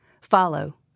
follow